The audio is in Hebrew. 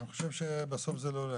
אני חושב שבסוף זה לא לעניין.